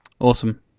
Awesome